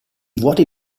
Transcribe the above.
vuoti